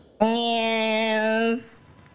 Yes